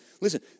listen